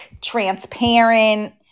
transparent